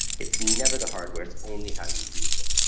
it's never the hardware it's only how you use it.